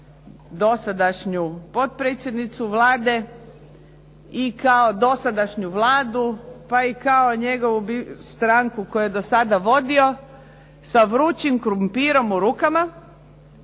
kao dosadašnju potpredsjednicu Vlade i kao dosadašnju Vladu, pa i kao njegovu stranku koju je do sada vodio sa vrućim krumpirom u rukama